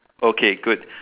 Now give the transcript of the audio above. okay good